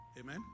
Amen